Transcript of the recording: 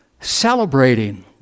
celebrating